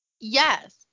Yes